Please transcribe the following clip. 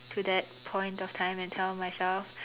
to that point of time and tell myself